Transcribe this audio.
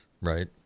right